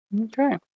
Okay